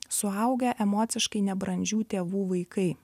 suaugę emociškai nebrandžių tėvų vaikai